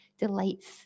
delights